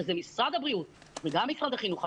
שהם משרד הבריאות וגם משרד החינוך,